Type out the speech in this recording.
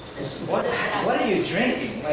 what what are you drinking.